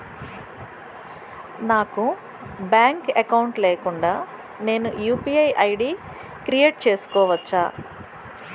నాకు bank account లేకుండా నేను యు.పి.ఐ ఐ.డి క్రియేట్ చేసుకోవచ్చా?